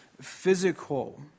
physical